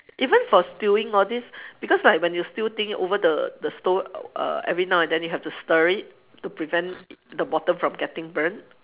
even for stewing all this because like when you stew thing over the the stove uh every now and then you have to stir it to prevent the bottom from getting burnt